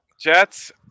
Jets